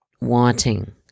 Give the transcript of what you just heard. wanting